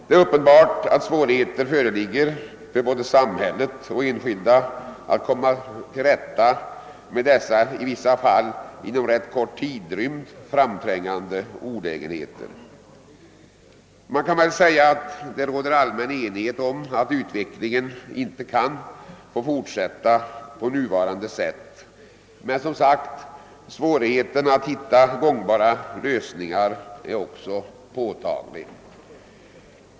Det är uppenbart att svårigheter föreligger för både samhället och enskilda att komma till rätta med dessa i vissa fall inom rätt kort tidrymd framträngande olägenheter. Man kan väl säga att det råder allmän enighet om att utvecklingen inte kan få fortsätta på nuvarande sätt, men svårigheten att hitta gångbara lösningar är som sagt också påtaglig.